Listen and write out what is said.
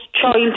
child